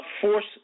force